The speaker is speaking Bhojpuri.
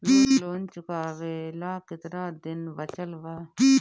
लोन चुकावे ला कितना दिन बचल बा?